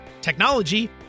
technology